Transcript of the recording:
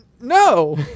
no